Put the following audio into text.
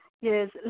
yes